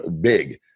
big